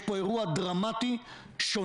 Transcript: יש פה ארוע דרמטי שונה,